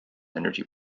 energy